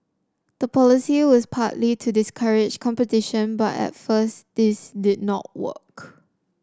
the policy was partly to discourage competition but at first this did not work